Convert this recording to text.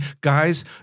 guys